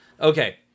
Okay